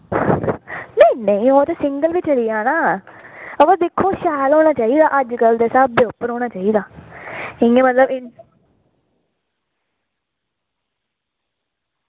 नेईं नेईं ओह् ते सिंगल बी चली जाना हां वा दिक्खो शैल होना चाहिदा अज्जकल दे स्हाबे उप्पर होना चाहिदा इ'य्यां मतलब इन